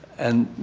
and